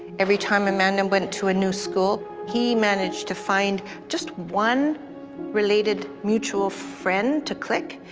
every time amanda went to a new school, he managed to find just one related mutual friend to click,